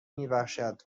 میبخشد